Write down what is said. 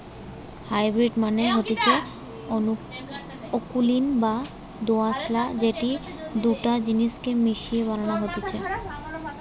hybrid মানে হতিছে অকুলীন বা দোআঁশলা যেটি দুটা জিনিস কে মিশিয়ে বানানো হতিছে